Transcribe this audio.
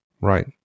Right